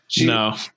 No